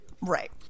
Right